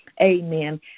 Amen